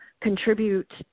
contribute